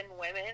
women